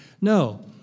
No